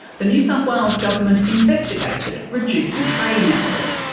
the new south wales government investigated reducing trading hours.